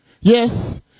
Yes